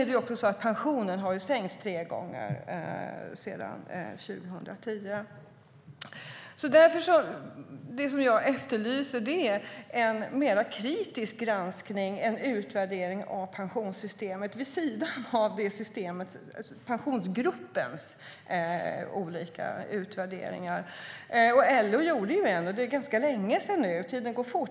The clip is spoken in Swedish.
Dessutom har pensionen sänkts tre gånger sedan 2010.Det jag efterlyser är en mer kritisk granskning och utvärdering av pensionssystemet vid sidan av Pensionsgruppens olika utvärderingar. LO gjorde en för ganska länge sedan; tiden går fort.